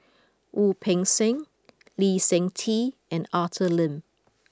Wu Peng Seng Lee Seng Tee and Arthur Lim